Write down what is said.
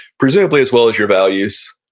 presumably as well as your values.